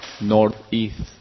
north-east